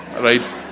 right